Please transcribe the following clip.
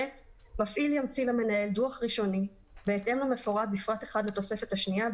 מפעיל ימציא למנהל דוח ראשוני בהתאם למפורט בפרט 1 לתוספת השנייה,